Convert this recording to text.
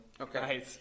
Okay